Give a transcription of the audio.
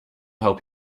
help